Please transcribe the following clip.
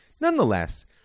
Nonetheless